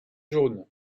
jaune